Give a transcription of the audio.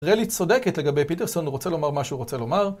רלי צודקת לגבי פיטרסון, הוא רוצה לומר מה שהוא רוצה לומר.